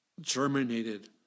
germinated